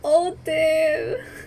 oh damn